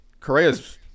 Correa's